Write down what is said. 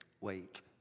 wait